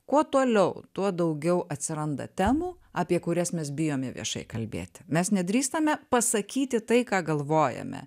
kuo toliau tuo daugiau atsiranda temų apie kurias mes bijome viešai kalbėti mes nedrįstame pasakyti tai ką galvojame